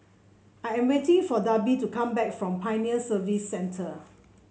I am waiting for Darby to come back from Pioneer Service Centre